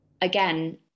again